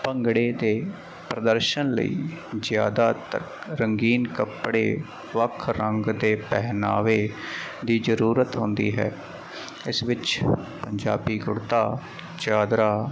ਭੰਗੜੇ ਦੇ ਪ੍ਰਦਰਸ਼ਨ ਲਈ ਜ਼ਿਆਦਾ ਤਕ ਰੰਗੀਨ ਕੱਪੜੇ ਵੱਖ ਰੰਗ ਦੇ ਪਹਿਨਾਵੇ ਦੀ ਜ਼ਰੂਰਤ ਹੁੰਦੀ ਹੈ ਇਸ ਵਿੱਚ ਪੰਜਾਬੀ ਕੁੜਤਾ ਚਾਦਰਾ